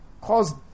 cause